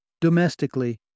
Domestically